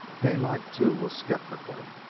daylight, too, was sceptical,